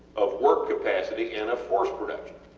of work capacity and of force production.